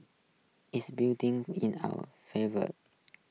is building in our favour